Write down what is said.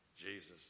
Jesus